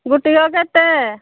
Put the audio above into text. ଗୋଟିକ କେତେ